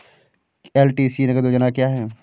LTC नगद योजना क्या है?